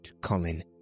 Colin